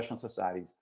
societies